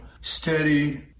steady